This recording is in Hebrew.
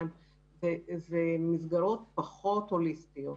שהן פחות הוליסטיות,